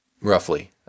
roughly